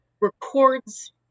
records